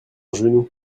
genou